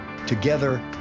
Together